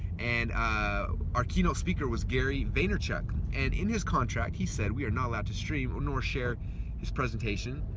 and ah our keynote speaker was gary vaynerchuck. and in his contract he said we are not allowed to stream nor share his presentation.